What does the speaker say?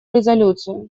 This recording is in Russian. резолюцию